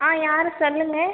ஆ யார் சொல்லுங்கள்